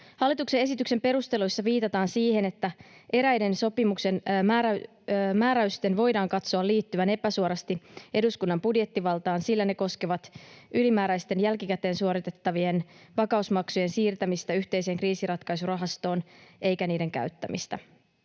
Hallituksen esityksen perusteluissa viitataan siihen, että eräiden sopimuksen määräysten voidaan katsoa liittyvän epäsuorasti eduskunnan budjettivaltaan, sillä ne koskevat ylimääräisten, jälkikäteen suoritettavien vakausmaksujen siirtämistä yhteiseen kriisinratkai-surahastoon sekä niiden käyttämistä.